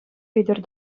витӗр